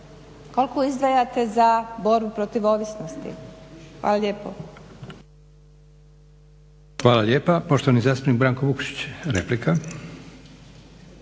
koliko izdvajate za borbu protiv ovisnosti. Hvala lijepo.